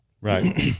Right